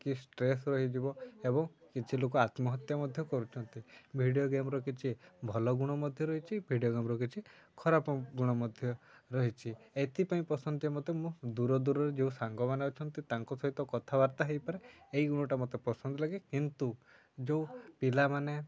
କି ଷ୍ଟ୍ରେସ୍ ରହିଯିବ ଏବଂ କିଛି ଲୋକ ଆତ୍ମହତ୍ୟା ମଧ୍ୟ କରୁଛନ୍ତି ଭିଡ଼ିଓ ଗେମ୍ର କିଛି ଭଲ ଗୁଣ ମଧ୍ୟ ରହିଛି ଭିଡ଼ିଓ ଗେମ୍ର କିଛି ଖରାପ ଗୁଣ ମଧ୍ୟ ରହିଛି ଏଥିପାଇଁ ପସନ୍ଦ ମୋତେ ମୁଁ ଦୂର ଦୂରରେ ଯେଉଁ ସାଙ୍ଗମାନେ ଅଛନ୍ତି ତାଙ୍କ ସହିତ କଥାବାର୍ତ୍ତା ହେଇପାରେ ଏଇ ଗୁଣଟା ମୋତେ ପସନ୍ଦ ଲାଗେ କିନ୍ତୁ ଯେଉଁ ପିଲାମାନେ